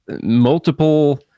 multiple